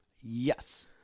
Yes